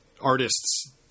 artists